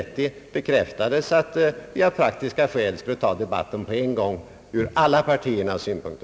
9.30 att vi av praktiska skäl skulle ta debatten på en gång, i alla partiernas intresse.